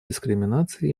дискриминации